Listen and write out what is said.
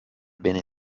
bene